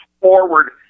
forward